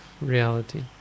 reality